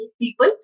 people